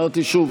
שוב,